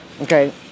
Okay